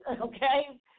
Okay